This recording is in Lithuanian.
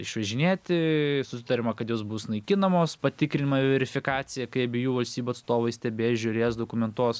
išvežinėti susitariama kad jos bus naikinamos patikrinama verifikacija kai abiejų valstybių atstovai stebės žiūrės dokumentuos